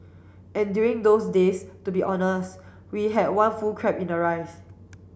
and during those days to be honest we had one full crab in the rice